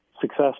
success